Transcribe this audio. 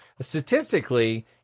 statistically